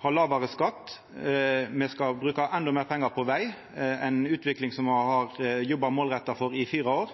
ha lågare skatt, me skal bruka endå meir pengar på veg, ei utvikling som me har jobba målretta for i fire år,